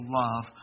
love